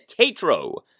Tatro